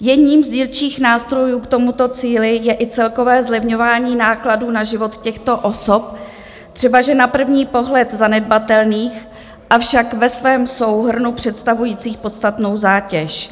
Jedním z dílčích nástrojů k tomuto cíli je i celkové zlevňování nákladů na život těchto osob, třebaže na první pohled zanedbatelných, avšak ve svém souhrnu představujících podstatnou zátěž.